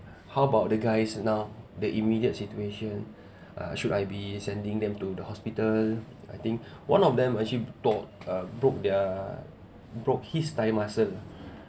how about the guys now the immediate situation uh should I be sending them to the hospital I think one of them actually bought uh broke their broke his thigh muscle